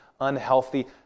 unhealthy